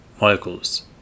molecules